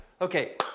Okay